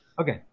Okay